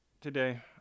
today